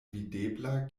videbla